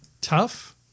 tough